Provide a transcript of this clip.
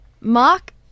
Mark